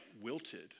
wilted